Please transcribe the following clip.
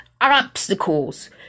obstacles